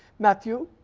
matthew,